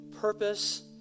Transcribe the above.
purpose